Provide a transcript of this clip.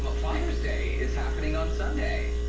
but father's day is happening on sunday.